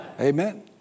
Amen